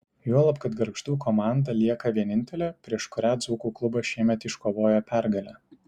juolab kad gargždų komanda lieka vienintelė prieš kurią dzūkų klubas šiemet iškovojo pergalę